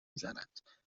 میزنند